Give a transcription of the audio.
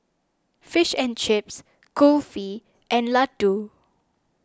Fish and Chips Kulfi and Ladoo